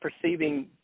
perceiving